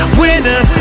winner